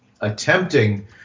attempting